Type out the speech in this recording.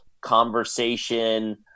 conversation